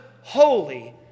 holy